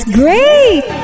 great